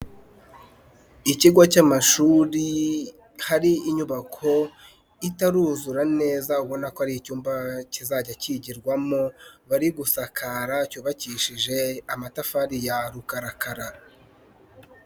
Ikigo cy'amashuri hari inyubako itaruzura neza ubona ko ari icyumba kizajya kigirwamo, bari gusakara cyubakishije amatafari ya rukarakara.